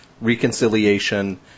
Reconciliation